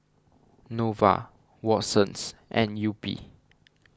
Nova Watsons and Yupi